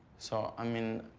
so i mean,